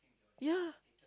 ya